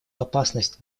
опасность